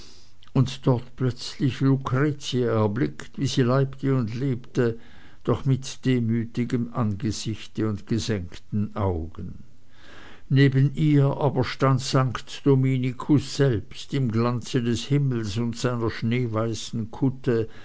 und dort plötzlich lucretia erblickt wie sie leibte und lebte doch mit demütigem angesichte und gesenkten augen neben ihr aber stand st dominikus selbst im glanze des himmels und seiner schneeweißen kutte